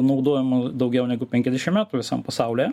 naudojama daugiau negu penkiasdešim metų visam pasaulyje